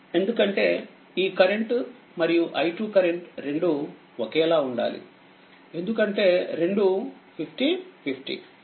ఎందుకంటే ఈ కరెంట్ మరియుi2కరెంట్ రెండూ ఒకేలా ఉండాలి ఎందుకంటే రెండూ50 50ఎందుకంటే203050Ωఅంటే2i2i1